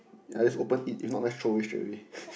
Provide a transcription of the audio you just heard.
I just open eat if not nice throw away straight away